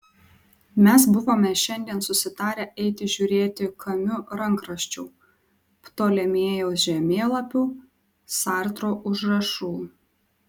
mes buvome šiandien susitarę eiti žiūrėti kamiu rankraščių ptolemėjaus žemėlapių sartro užrašų